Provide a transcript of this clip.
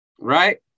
right